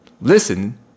listen